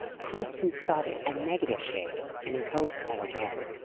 constance thought it a negative shake, and her hopes fell again.